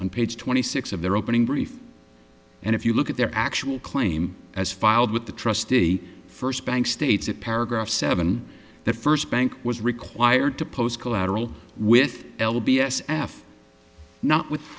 on page twenty six of their opening brief and if you look at their actual claim as filed with the trustee first bank states that paragraph seven the first bank was required to post collateral with l b s f not with